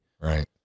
right